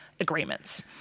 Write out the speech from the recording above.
agreements